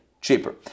cheaper